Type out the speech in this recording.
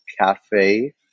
cafe